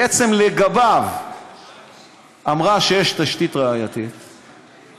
אמרה בעצם לגביו שיש תשתית ראייתית,